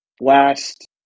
Last